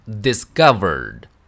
Discovered